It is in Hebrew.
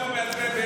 אני מבקש לדעת: